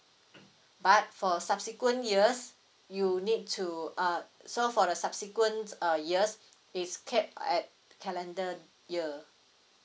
but for subsequent years you need to uh so for the subsequent uh years it's capped at calendar year